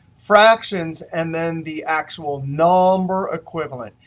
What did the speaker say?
fractions, and then the actual number or equivalent.